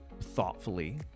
thoughtfully